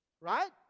Right